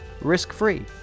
risk-free